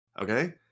Okay